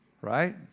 Right